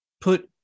put